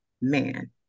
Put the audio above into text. man